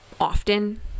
often